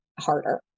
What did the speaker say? harder